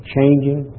Changing